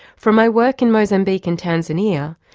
from my work in mozambique and tanzania,